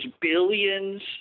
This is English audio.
billions